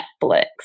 Netflix